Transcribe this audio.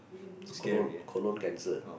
it's colon colon cancer